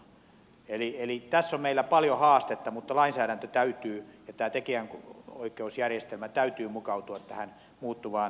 eli tässä on meillä paljon haastetta mutta tekijänoikeusjärjestelmän täytyy mukautua tähän muuttuvaan jakelukanavaverkostoon